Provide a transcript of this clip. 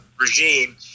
regime